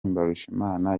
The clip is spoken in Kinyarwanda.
mbarushimana